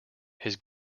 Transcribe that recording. his